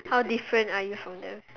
how different are you from them